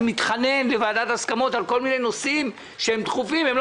אני מתחנן לוועדת הסכמות על כל מיני נושאים שהם דחופים לי,